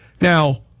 Now